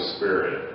Spirit